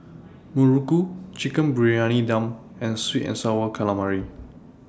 Muruku Chicken Briyani Dum and Sweet and Sour Calamari